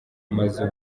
amazu